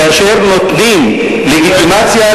כאשר נותנים לגיטימציה,